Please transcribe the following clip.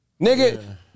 Nigga